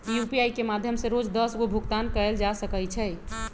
UPI के माध्यम से रोज दस गो भुगतान कयल जा सकइ छइ